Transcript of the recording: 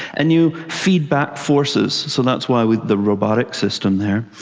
and you feed back forces, so that's why we've the robotic system there.